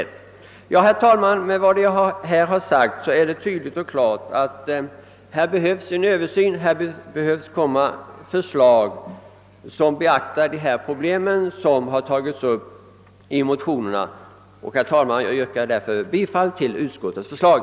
Herr talman! Av vad jag här har sagt framgår tydligt och klart att det krävs en översyn. Här behövs förslag som beaktar de problem som tagits upp i motionerna. Jag yrkar därför, herr talman, bifall till utskottets förslag.